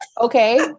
okay